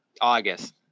August